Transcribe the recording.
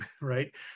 right